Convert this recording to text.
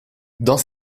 dans